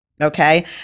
Okay